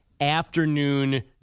afternoon